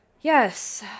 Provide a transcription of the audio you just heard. Yes